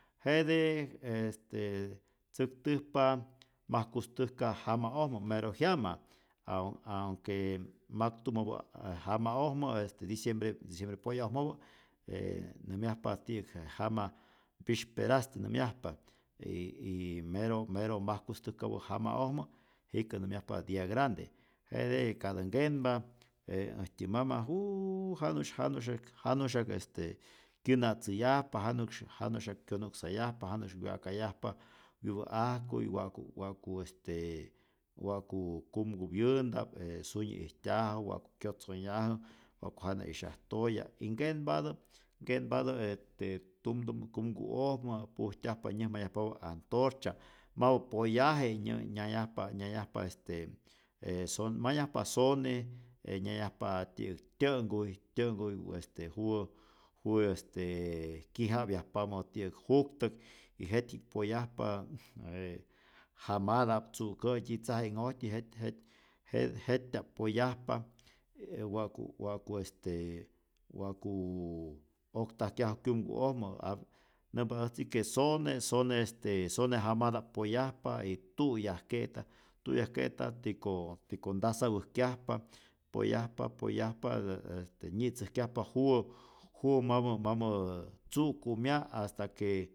Jete este tzäktäjpa majkustäjka jama'ojmä mero jyama, aun aunque maktumäpä ä jama'ojmä diciembre yä poya'ojmäpä, nyamyajpa ti'yäk je jama pisperasti nämyajpa y y mero mero majkustäjkapä jama'ojmä jikä nämyajpa dia grande, jete katä nkenpa je äjtyä mama juuuuu janu'sy janu'sy janu'syak este kyäna'tzäyajpa, janu'sy janu'syak kyonu'ksayajpa, janu'sy wya'kayajpa wyäpä'ajkuy wa'ku wa'ku este wa'ku kumkupyänta'p e sunyi ijtyajä, wa'ku kyotzonhyajä wa'ku jana 'yisyaj toya, y nkenpatä nkenpatä este tumtumä kumku'ojmä pujtyajpa nyäjmayajpapä antorcha mapä poyaje, nyä nyayajpa nyayajpa este e son mayajpa sone e nyayajpa ti'yäk tyä'nhkuy tyä'nhkuy este juwä juwä est kyija'pyajpamä ti'yäk juktäk, y jetyji'k poyajpa je jamata'p, tzu'kä'tyi, tzaji'nhojtyi jet jet jete jet'tyap poyajpa, e wa'ku wa'ku estee wa'ku oktajkyaju kyumku'ojmä ap nämpa äjtzi que sone sone este sone jamata'p poyajpa y tu'yajke'ta, tu'yajke'ta tu'yajke'ta tiko tiko nta sapäjkyajpa, poyajpa poyajpa ä ä este nyitzäjkyajpa juwä juwä mamä mamä ntzukumya' asta que